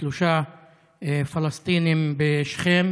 של חמדנות ותאוות בצע.